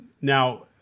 now